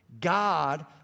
God